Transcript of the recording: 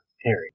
Harry